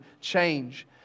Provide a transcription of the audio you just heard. change